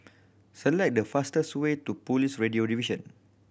select the fastest way to Police Radio Division